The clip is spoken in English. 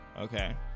Okay